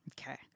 Okay